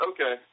Okay